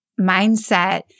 mindset